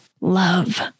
love